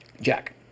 Jack